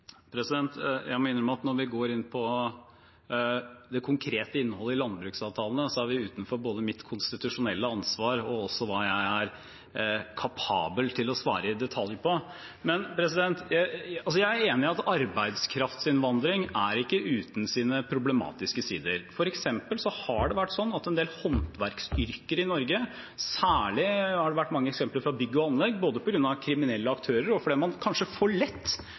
Jeg må innrømme at når vi går inn på det konkrete innholdet i landbruksavtalene, er vi utenfor både mitt konstitusjonelle ansvar og hva jeg er kapabel til å svare i detalj på. Men jeg er enig i at arbeidskraftinnvandring ikke er uten problematiske sider. Det har f.eks. skapt problemer i forbindelse med en del håndverksyrker i Norge – særlig har det vært mange eksempler fra bygg og anlegg både på grunn av kriminelle aktører og fordi man kanskje for lett